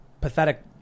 pathetic